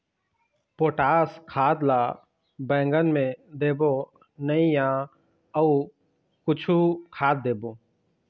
Potash खाद ला बैंगन मे देबो नई या अऊ कुछू खाद देबो?